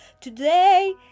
today